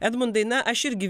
edmundai na aš irgi